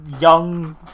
young